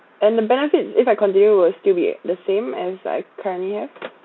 and the benefit if I continue will it still be the same as I currently have